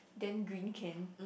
then green can